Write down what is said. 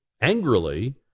angrily